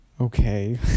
okay